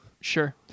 Sure